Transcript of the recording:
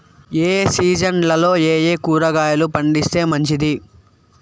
ఏ సీజన్లలో ఏయే కూరగాయలు పండిస్తే మంచిది